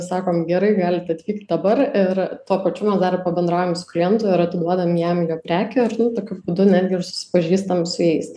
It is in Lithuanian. sakom gerai galit atvykt dabar ir tuo pačiu dar ir pabendraujam su klientu ir atiduodam jam jo prekę ir tokiu būdu netgi ir susipažįstam su jais